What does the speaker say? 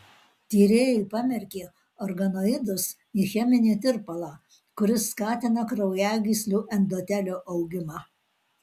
tyrėjai pamerkė organoidus į cheminį tirpalą kuris skatina kraujagyslių endotelio augimą